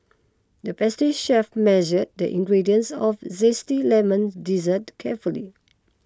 the pastry chef measured the ingredients of Zesty Lemon Dessert carefully